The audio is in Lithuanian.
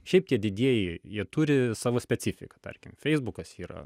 šiaip tie didieji jie turi savo specifiką tarkim feisbukas yra